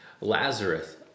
Lazarus